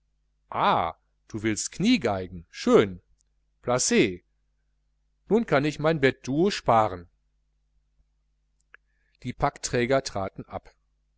du willst kniegeigen schön placet so kann ich mir mein bettduo sparen die packträger traten ab